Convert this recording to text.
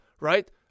right